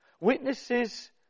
Witnesses